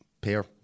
pair